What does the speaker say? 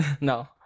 No